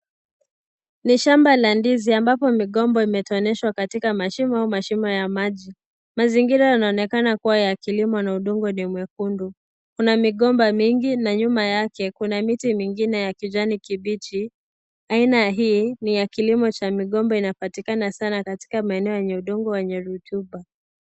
Ni shamba la ndizi ambapo migomba imetoneshwa katika mashimo au mashimo ya maji. Mazingira yanaonekana kuwa ya kilimo na udongo ndio mwekundu. Kuna migomba mingi na nyuma yake kuna miti mingine ya kijani kibichi. Aina hii ni ya kilimo cha migomba inapatikana sana katika maeneo yenye udongo wenye rutuba.